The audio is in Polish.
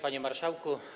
Panie Marszałku!